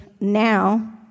now